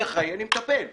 והוא מטפל בזה.